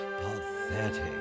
Pathetic